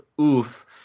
oof